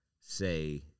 say